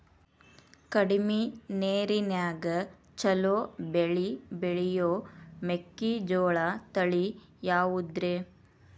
ಕಡಮಿ ನೇರಿನ್ಯಾಗಾ ಛಲೋ ಬೆಳಿ ಬೆಳಿಯೋ ಮೆಕ್ಕಿಜೋಳ ತಳಿ ಯಾವುದ್ರೇ?